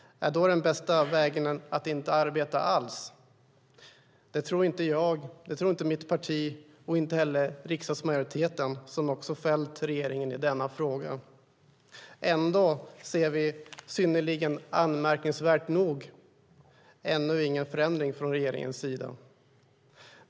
Är då den bästa vägen att inte arbeta alls? Det tror inte jag, inte mitt parti och inte heller riksdagsmajoriteten, som också har fällt regeringen i denna fråga. Ändå ser vi anmärkningsvärt nog ännu ingen förändring från regeringens sida.